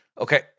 Okay